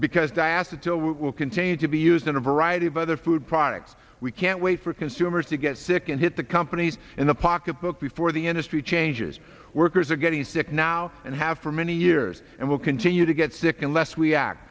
we will continue to be used in a variety of other food products we can't wait for consumers to get sick and hit the companies in the pocketbook before the industry changes workers are getting sick now and have for many years and will continue to get sick unless we act